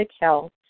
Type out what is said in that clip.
health